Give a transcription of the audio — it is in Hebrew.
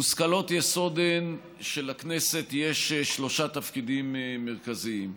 ממושכלות היסוד, שלכנסת יש שלושה תפקידים מרכזיים: